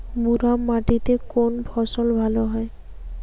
মুরাম মাটিতে কোন ফসল ভালো হয়?